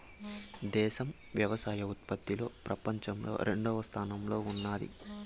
దేశం వ్యవసాయ ఉత్పత్తిలో పపంచంలో రెండవ స్థానంలో ఉన్నాది